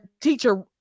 teacher